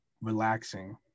relaxing